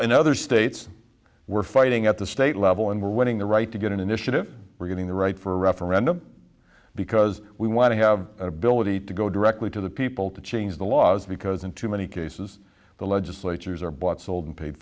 in other states we're fighting at the state level and we're winning the right to get an initiative we're getting the right for a referendum because we want to have ability to go directly to the people to change the laws because in too many cases the legislatures are bought sold and paid